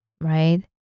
right